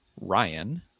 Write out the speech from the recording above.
Ryan